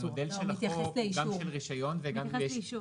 המודל של החוק, גם של רישיון וגם אישור.